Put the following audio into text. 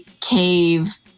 cave